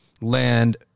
land